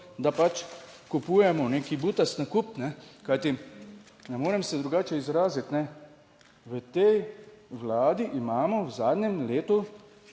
da pač kupujemo nek butast nakup, kajti ne morem se drugače izraziti. V tej vladi imamo v zadnjem letu